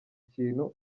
kintu